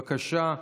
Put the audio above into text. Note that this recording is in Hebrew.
בבקשה.